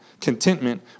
contentment